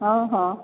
ହଁ ହଁ